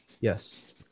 Yes